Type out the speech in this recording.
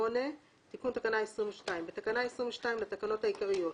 "תיקון תקנה 22 8. בתקנה 22 לתקנות העיקריות,